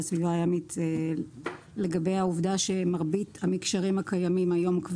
הסביבה הימית לגבי העובדה שמרבית המקשרים הקיימים היום,